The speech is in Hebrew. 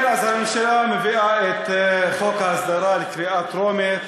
אז הממשלה מביאה את חוק ההסדרה לקריאה טרומית,